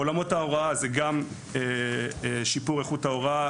בעולמות ההוראה זה גם שיפור איכות ההוראה.